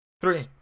Three